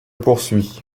poursuis